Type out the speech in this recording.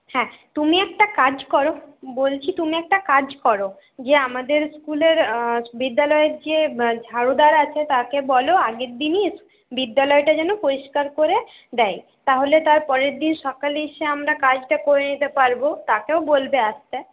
হ্যাঁ তুমি একটা কাজ করো বলছি তুমি একটা কাজ করো যে আমাদের স্কুলের বিদ্যালয়ের যে ঝাড়ুদার আছে তাকে বলো আগের দিনই বিদ্যালয়টা যেন পরিষ্কার করে দেয় তাহলে তার পরের দিন সকালে এসে আমরা কাজটা করে নিতে পারবো তাকেও বলবে আসতে